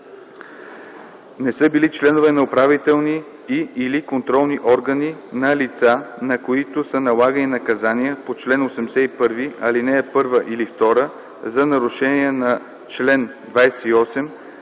не са били членове на управителни и/или контролни органи на лица, на които са налагани наказания по чл. 81, ал. 1 или 2 за нарушения на чл. 28,